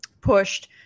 pushed